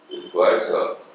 requires